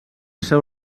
seu